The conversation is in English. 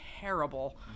terrible